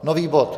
Nový bod.